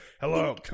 Hello